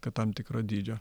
kad tam tikro dydžio